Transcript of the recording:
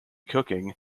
cooking